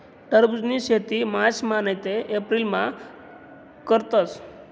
टरबुजनी शेती मार्चमा नैते एप्रिलमा करतस